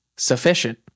sufficient